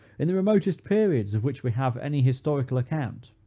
in the remotest periods of which we have any historical account,